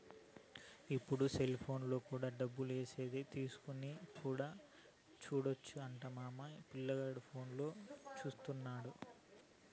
ఇప్పుడు సెలిపోనులో కూడా డబ్బులు ఏసేది తీసుకునేది కూడా సూడొచ్చు అంట మా పిల్లోడు ఫోనులో చూత్తన్నాడు